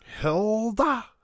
Hilda